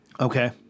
Okay